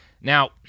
Now